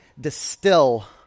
distill